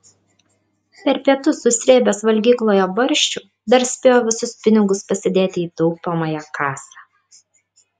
per pietus užsrėbęs valgykloje barščių dar spėjo visus pinigus pasidėti į taupomąją kasą